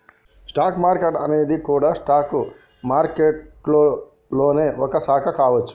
spot market అనేది గూడా stock మారికెట్టులోనే ఒక శాఖ కావచ్చు